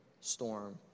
storm